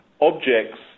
objects